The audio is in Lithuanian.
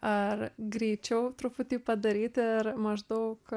ar greičiau truputį padaryti ir maždaug